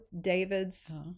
David's